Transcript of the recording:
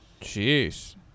jeez